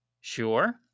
Sure